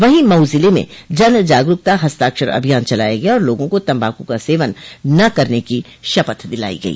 वहीं मऊ जिले में जन जागरूकता हस्ताक्षर अभियान चलाया गया और लोगों को तम्बाकू का सेवन न करने की शपथ दिलाई गई